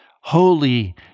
holy